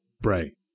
Bray